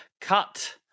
Cut